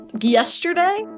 Yesterday